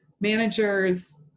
managers